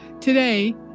Today